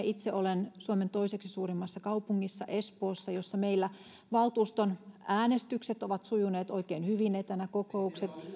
itse olen suomen toiseksi suurimmassa kaupungissa espoossa jossa meillä valtuuston äänestykset ovat sujuneet oikein hyvin etänä kokoukset